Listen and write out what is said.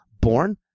born